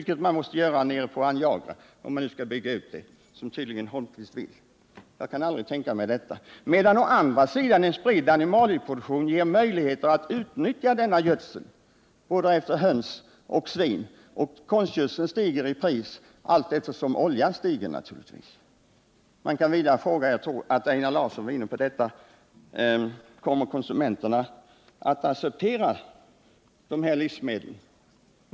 Det måste man göra på Aniagra — om man skall bygga ut storföretaget till det dubbla, vilket Eric Holmqvist tydligen vill. Jag kan aldrig tänka mig att det kan vara ekonomiskt. Å andra sidan ger en spridd animalieproduktion möjligheter att utnyttja gödseln från både höns och svin — konstgödseln stiger ju i pris allteftersom priset på olja ökar. Man kan vidare fråga — och jag tror att Einar Larsson var inne på detta — om konsumenterna kommer att acceptera sådana livsmedel.